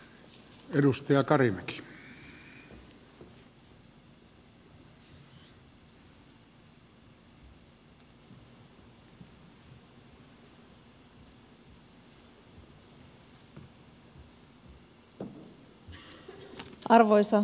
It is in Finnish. arvoisa puhemies